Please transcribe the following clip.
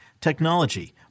technology